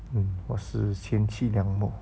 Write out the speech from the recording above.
mm 我是嫌弃亮膜